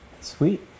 Sweet